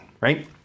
right